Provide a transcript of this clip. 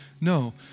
No